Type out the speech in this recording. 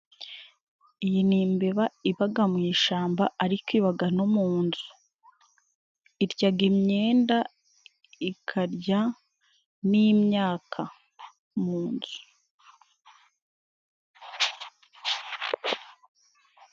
Iyi ni imbeba ibaga mu ishamba ariko ibaga no mu nzu. Iryaga imyenda, ikarya n'imyaka mu nzu.